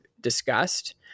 discussed